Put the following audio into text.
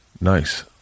Nice